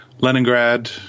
Leningrad